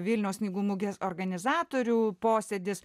vilniaus knygų mugės organizatorių posėdis